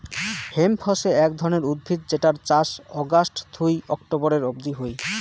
hemp হসে এক ধরণের উদ্ভিদ যেটার চাষ অগাস্ট থুই অক্টোবরের অব্দি হই